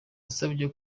yasabye